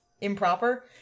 improper